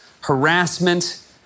harassment